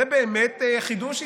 זה באמת חידוש ישראלי,